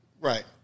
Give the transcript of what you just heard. Right